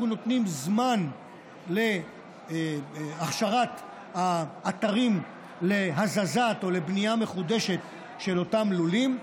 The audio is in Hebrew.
אנחנו נותנים זמן להכשרת האתרים להזזה או לבנייה מחודשת של אותם לולים,